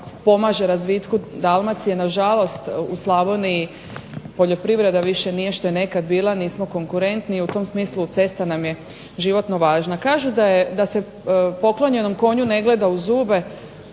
pomaže razvitku Dalmacije, na žalost u Slavoniji poljoprivreda više nije što je nekad bila, nismo konkurentni, i u tom smislu cesta nam je životno važna. Kažu da se poklonjenom konju ne gleda u zube,